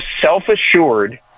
self-assured